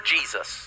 Jesus